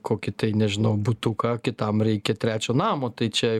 kokį tai nežinau butuką kitam reikia trečio namo tai čia